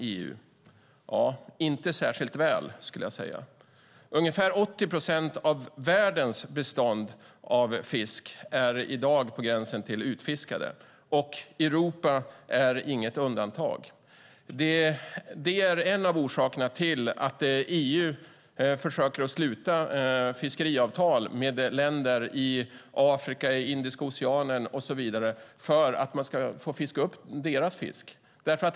Ja, inte särskilt väl, skulle jag vilja säga. Ungefär 80 procent av världens bestånd av fisk är i dag på gränsen till utfiskat, och Europa är inget undantag. Det är en av orsakerna till att EU försöker sluta fiskeriavtal med länder i Afrika, Indiska oceanen och så vidare för att få fiska upp deras fisk.